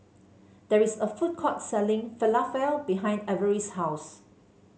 there is a food court selling Falafel behind Ivory's house